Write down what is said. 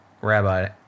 rabbi